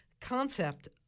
concept